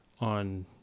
on